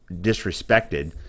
disrespected